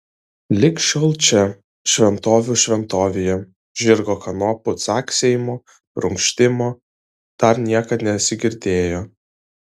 lig šiol čia šventovių šventovėje žirgo kanopų caksėjimo prunkštimo dar niekad nesigirdėjo